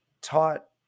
taught